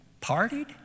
partied